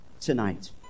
tonight